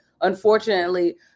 unfortunately